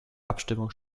abstimmung